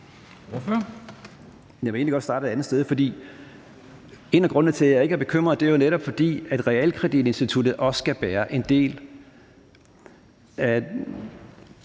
Jeg vil egentlig godt starte et andet sted, for en af grundene til, at jeg ikke er bekymret, er jo netop, at realkreditinstituttet også skal bære en del af